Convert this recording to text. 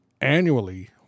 annually